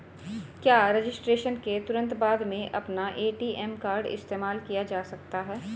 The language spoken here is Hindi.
क्या रजिस्ट्रेशन के तुरंत बाद में अपना ए.टी.एम कार्ड इस्तेमाल किया जा सकता है?